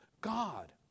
God